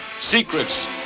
Secrets